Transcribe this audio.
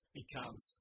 becomes